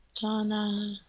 Donna